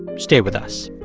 stay with us